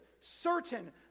Certain